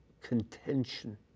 contention